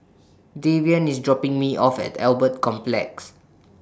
Davion IS dropping Me off At Albert Complex